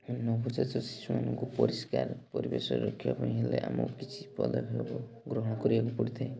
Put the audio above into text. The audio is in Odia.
ନବଜାତ ଶିଶୁମାନଙ୍କୁ ପରିଷ୍କାର ପରିବେଶ ରଖିବା ପାଇଁ ହେଲେ ଆମକୁ କିଛି ପଦକ୍ଷେପ ଗ୍ରହଣ କରିବାକୁ ପଡ଼ିଥାଏ